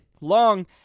Long